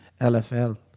LFL